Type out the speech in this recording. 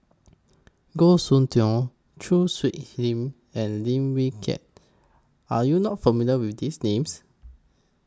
Goh Soon Tioe Choo Hwee Lim and Lim Wee Kiak Are YOU not familiar with These Names